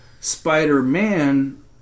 spider-man